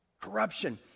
corruption